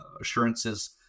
assurances